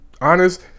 honest